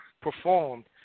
performed